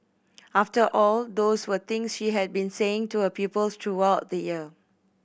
after all those were things she had been saying to her pupils throughout the year